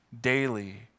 daily